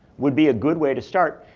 would be a good way to start.